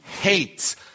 hates